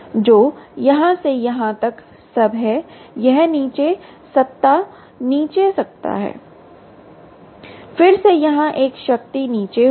तो यहाँ से यहाँ तक सब है यह नीचे सत्ता नीचे सत्ता है फिर से यहाँ एक शक्ति नीचे होगा